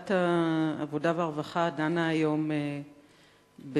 ועדת העבודה והרווחה דנה היום בעמדתו